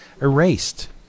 erased